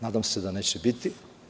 Nadam se da ih neće biti.